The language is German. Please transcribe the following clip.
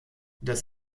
das